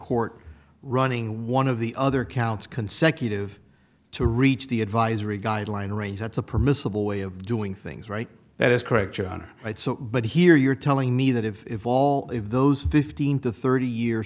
court running one of the other counts consecutive to reach the advisory guideline range that's a permissible way of doing things right that is correct your honor but here you're telling me that if all those fifteen to thirty year